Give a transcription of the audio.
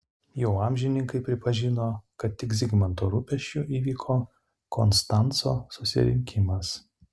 jau amžininkai pripažino kad tik zigmanto rūpesčiu įvyko konstanco susirinkimas